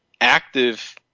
active